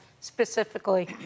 specifically